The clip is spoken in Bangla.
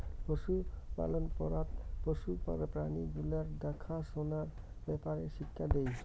পশুপালন পড়াত পশু প্রাণী গুলার দ্যাখা সুনার ব্যাপারে শিক্ষা দেই